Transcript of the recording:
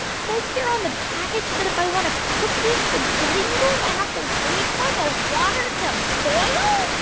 but says here on the package that if i want to cook these spaghetti noodles, i have to wait for the water to boil?